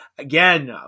Again